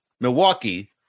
Milwaukee